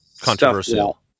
controversial